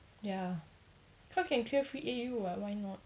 ya cause can clear free A_U [what] why not